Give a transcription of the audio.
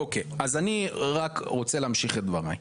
אוקיי, אז אני רק רוצה להמשיך את דבריי.